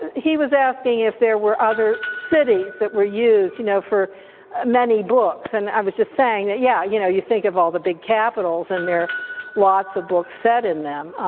he was asking if there were other cities that were used, you know, for many books, and i was just saying that yeah, you know you think of all the big capitals and there are lots of books set in them.